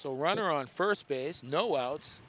so runner on first base no outs